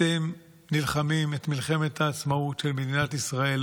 אתם נלחמים את מלחמת העצמאות של מדינת ישראל,